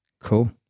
Cool